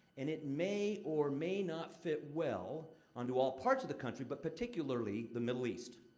and it may or may not fit well onto all parts of the country, but particularly, the middle east.